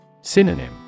Synonym